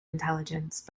intelligence